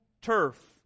turf